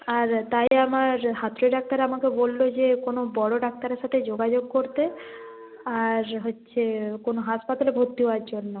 আর তাই আমার হাতুড়ে ডাক্তার আমাকে বলল যে কোনো বড় ডাক্তারের সাথে যোগাযোগ করতে আর হচ্ছে কোনো হাসপাতালে ভর্তি হওয়ার জন্য